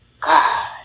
god